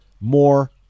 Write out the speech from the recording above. more